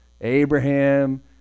abraham